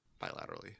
bilaterally